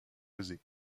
causer